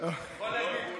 יכול להגיד.